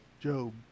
Job